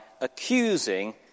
accusing